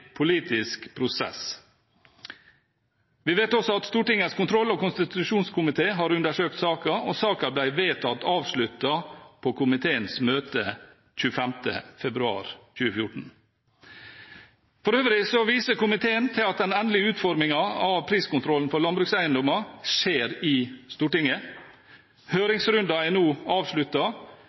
politisk prosess. Vi vet også at Stortingets kontroll- og konstitusjonskomité har undersøkt saken, og saken ble vedtatt avsluttet på komiteens møte 25. februar 2014. For øvrig viser komiteen til at den endelige utformingen av priskontrollen for landbrukseiendommer skjer i Stortinget. Høringsrunden er nå